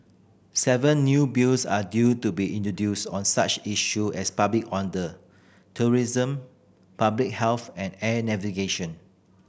seven new Bills are due to be introduced on such issue as public order tourism public health and air navigation